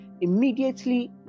Immediately